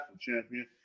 champion